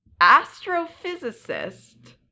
astrophysicist